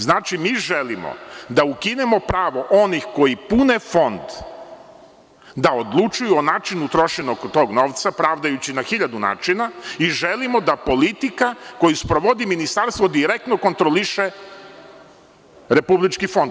Znači, mi želimo da ukinemo pravo onih koji pune Fond da odlučuju o načinu trošenja tog novca, pravdajući na hiljadu načina, i želimo da politika koju sprovodi Ministarstvo direktno kontroliše Republički fond.